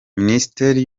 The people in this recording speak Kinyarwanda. minisiteri